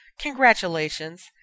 Congratulations